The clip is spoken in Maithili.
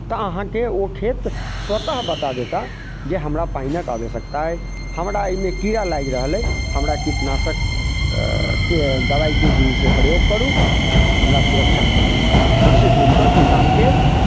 तऽ अहाँके ओ खेत स्वतः बता देता जे हमरा पाइनक आवश्यकता अछि हमरा अइमे कीड़ा लागि रहल अइ हमरा कीटनाशक ए दबाइके जे से प्रयोग करू हमरा सुरक्षा करू निश्चितरूपसँ किसानके